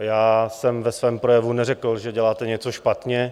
A já jsem ve svém projevu neřekl, že děláte něco špatně.